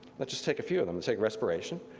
but just take a few of them, take respiration,